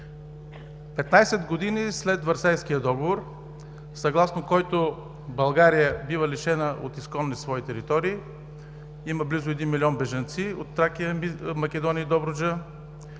15 години след Версайския договор, съгласно който България бива лишена от изконни свои територии, има близо един милион бежанци от Тракия, Македония и Добруджа.